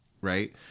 Right